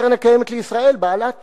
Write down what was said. קרן קיימת לישראל היא בעלת